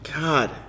God